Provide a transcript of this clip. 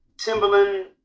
Timberland